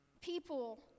People